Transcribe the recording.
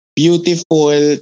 beautiful